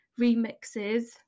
remixes